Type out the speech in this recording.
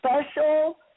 special